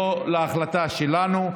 לא להחלטה שלנו,